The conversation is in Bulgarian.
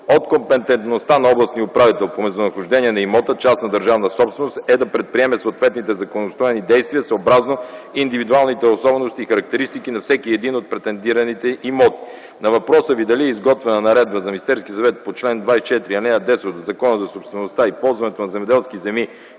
От компетентността на областния управител по местонахождение на имота – частна държавна собственост, е да предприеме съответните законни действия съобразно индивидуалните особености и характеристики на всеки един от претендираните имоти. На въпроса Ви дали е изготвена наредба на Министерския съвет по чл. 24, ал. 10 от Закона за собствеността и ползването на земеделските земи,